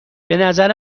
بنظر